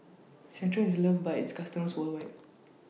Centrum IS loved By its customers worldwide